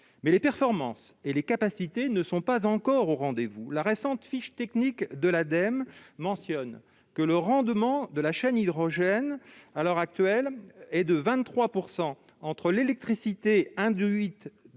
mais les performances et les capacités ne sont pas encore au rendez-vous. Dans sa récente fiche technique, l'Ademe relève que le rendement de la chaîne de l'hydrogène est à l'heure actuelle de 23 % entre l'électricité induite